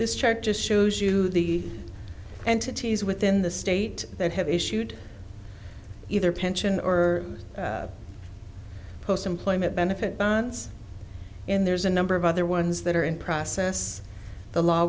this chart just shows you the entities within the state that have issued either pension or post employment benefit bonds and there's a number of other ones that are in process the law